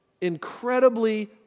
incredibly